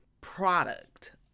product